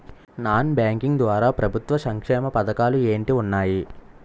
Non banking ద్వారా ప్రభుత్వ సంక్షేమ పథకాలు ఏంటి ఉన్నాయి?